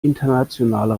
internationale